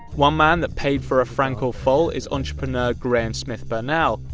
one man that paid for a frankel foal is entrepreneur graham smith-bernal.